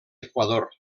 equador